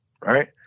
right